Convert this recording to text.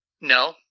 No